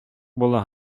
була